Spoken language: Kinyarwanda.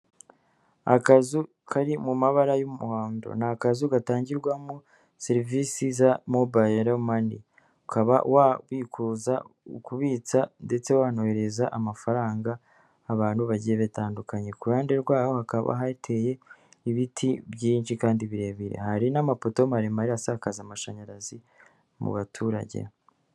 Akazu kari mu mabara y'umuhondo, ni akazu gatangirwamo serivisi za mobayiro mani, ukaba wabikuza, kubitsa ndetse wanoherereza amafaranga abantu bagiye bitandukanye, ku ruhande rwaho hakaba hateye ibiti byinshi kandi birebire, hari n'amapoto maremare asakaza amashanyarazi mu baturage.